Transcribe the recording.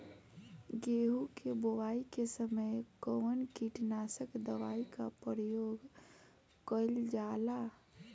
गेहूं के बोआई के समय कवन किटनाशक दवाई का प्रयोग कइल जा ला?